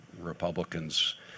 Republicans